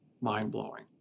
mind-blowing